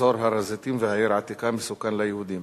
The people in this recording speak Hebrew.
אזור הר-הזיתים והעיר העתיקה מסוכן ליהודים,